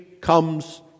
comes